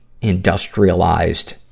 industrialized